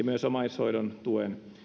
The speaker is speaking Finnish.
myös omaishoidon tuen